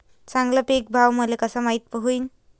चांगला पीक भाव मले कसा माइत होईन?